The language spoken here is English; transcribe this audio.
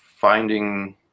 finding